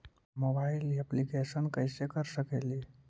Mobile application कैसे कर सकेली?